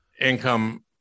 income